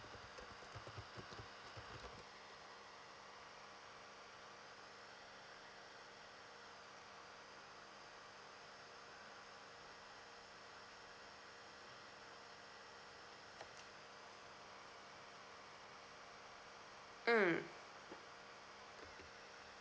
mm